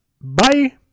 Bye